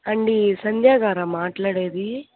అండి సంధ్యాగారా మాట్లాడేది